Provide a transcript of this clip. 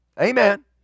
Amen